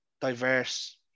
diverse